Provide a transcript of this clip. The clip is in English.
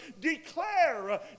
declare